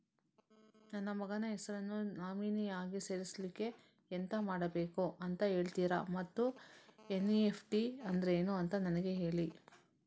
ನನ್ನ ಮಗನ ಹೆಸರನ್ನು ನಾಮಿನಿ ಆಗಿ ಸೇರಿಸ್ಲಿಕ್ಕೆ ಎಂತ ಮಾಡಬೇಕು ಅಂತ ಹೇಳ್ತೀರಾ ಮತ್ತು ಎನ್.ಇ.ಎಫ್.ಟಿ ಅಂದ್ರೇನು ಅಂತ ನನಗೆ ಹೇಳಿ